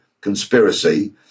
conspiracy